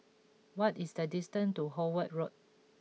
what is the distance to Howard Road